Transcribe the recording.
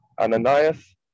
Ananias